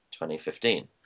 2015